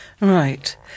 Right